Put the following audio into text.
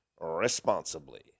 responsibly